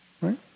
right